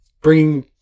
bringing